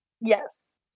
Yes